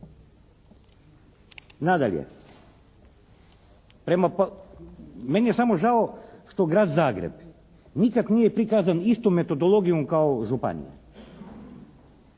Nadalje, prema, meni je samo žao što Grad Zagreb nikad nije prikazan istom metodologijom kao županija.